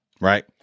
right